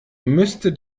müsste